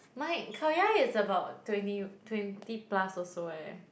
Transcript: my Khao-Yai is about twenty twenty plus also leh